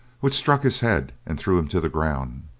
which struck his head, and threw him to the ground.